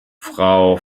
frau